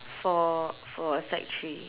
for for a sec three